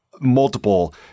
multiple